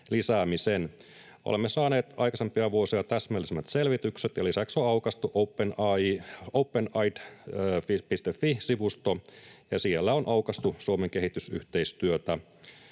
lisäämisen. Olemme saaneet aikaisempia vuosia täsmällisemmät selvitykset, ja lisäksi on aukaistu OpenAid.fi-sivusto, jossa on aukaistu Suomen kehitysyhteistyötä.